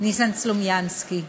ניסן סלומינסקי.